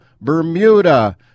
Bermuda